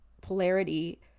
polarity-